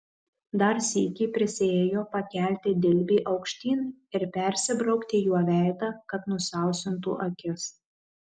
dar sykį prisiėjo pakelti dilbį aukštyn ir persibraukti juo veidą kad nusausintų akis